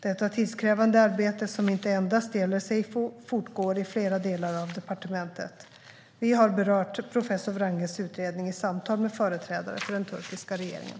Detta tidskrävande arbete, som inte endast gäller seyfo, fortgår i flera delar av departementet. Vi har berört professor Wranges utredning i samtal med företrädare för den turkiska regeringen.